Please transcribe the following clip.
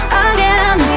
again